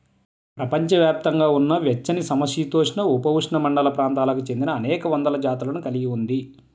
ప్రపంచవ్యాప్తంగా ఉన్న వెచ్చనిసమశీతోష్ణ, ఉపఉష్ణమండల ప్రాంతాలకు చెందినఅనేక వందల జాతులను కలిగి ఉంది